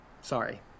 sorry